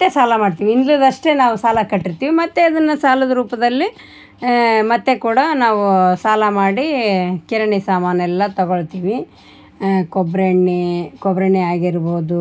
ಮತ್ತೆ ಸಾಲ ಮಾಡ್ತೀವಿ ಹಿಂದಿಂದು ಅಷ್ಟೇ ನಾವು ಸಾಲ ಕಟ್ಟಿರ್ತಿವಿ ಮತ್ತೆ ಅದನ್ನ ಸಾಲದ ರೂಪದಲ್ಲಿ ಮತ್ತೆ ಕೂಡ ನಾವು ಸಾಲ ಮಾಡಿ ಕಿರಣಿ ಸಾಮಾನೆಲ್ಲ ತಗೋಳ್ತೀವಿ ಕೊಬ್ರಿ ಎಣ್ಣೆ ಕೊಬ್ರಿ ಎಣ್ಣೆ ಆಗಿರ್ಬೋದು